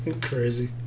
Crazy